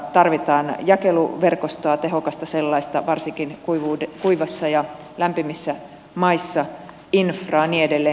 tarvitaan jakeluverkostoa tehokasta sellaista varsinkin kuivissa ja lämpimissä maissa infraa ja niin edelleen